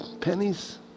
pennies